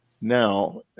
now